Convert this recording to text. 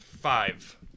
five